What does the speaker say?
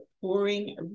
pouring